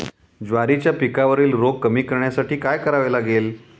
ज्वारीच्या पिकावरील रोग कमी करण्यासाठी काय करावे लागेल?